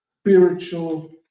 spiritual